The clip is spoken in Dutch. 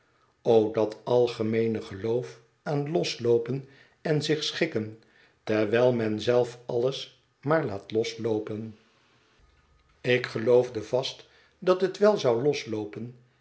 o dat algemeene geloof aan losloopen en zich schikken terwijl men zelf alles maar laat losloopen ik geloofde vast dat het wel zou losloopen